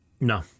no